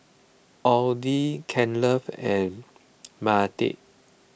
Audie Kenley and Mattye